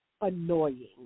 annoying